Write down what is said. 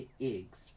eggs